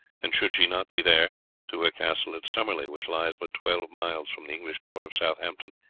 and should she not be there to her castle at summerley, which lies but twelve miles from the english port of southampton,